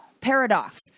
paradox